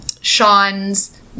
Sean's